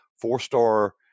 four-star